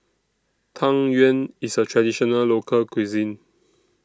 Tang Yuen IS A Traditional Local Cuisine